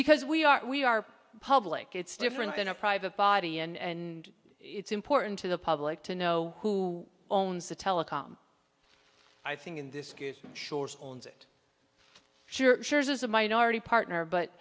because we are we are public it's different than a private body and it's important to the public to know who owns the telecom i think in this case shores owns it she shares as a minority partner